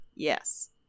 Yes